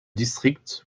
district